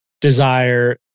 desire